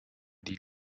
die